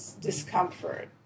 discomfort